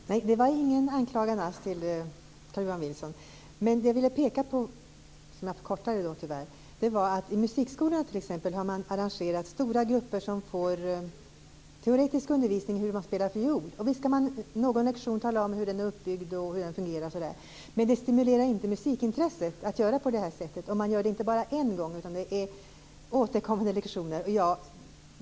Herr talman! Det var ingen anklagelse mot Carl Johan Wilson. Det som jag ville peka på var att stora grupper i Musikskolan får teoretisk undervisning i hur man spelar fiol. Visst kan man under någon lektion tala om hur fiolen är uppbyggd och fungerar. Men det stimulerar inte musikintresset att göra detta. Och man gör det inte bara en gång utan det sker under flera lektioner.